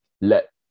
let